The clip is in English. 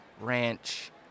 Ranch